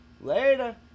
Later